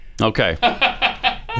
Okay